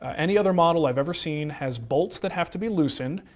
any other model i've ever seen has bolts that have to be loosened,